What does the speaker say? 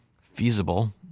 feasible